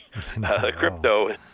crypto